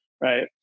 right